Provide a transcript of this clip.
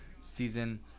season